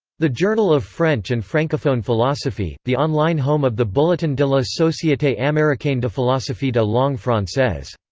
the journal of french and francophone philosophy the online home of the bulletin de la societe americaine de philosophie de langue francaise